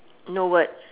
no word